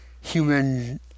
human